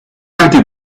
lati